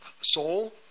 soul